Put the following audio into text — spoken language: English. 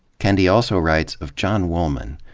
kendi also writes of john woolman,